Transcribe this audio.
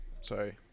Sorry